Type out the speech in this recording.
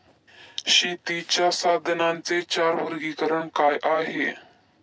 शेतीच्या साधनांचे चार वर्गीकरण काय आहे?